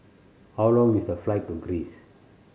how long is the flight to Greece